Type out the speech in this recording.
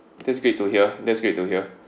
that's great to hear that's great to hear